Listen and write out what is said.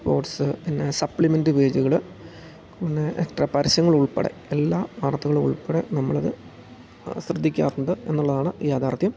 sports പിന്നെ supplement പേജുകൾ പിന്നെ എത്ര പരസ്യങ്ങൾ ഉൾപ്പെടെ എല്ലാ വാർത്തകളും ഉൾപ്പെടെ നമ്മൾ അത് ശ്രദ്ധിക്കാറുണ്ട് എന്നുള്ളതാണ് യാഥാർത്ഥ്യം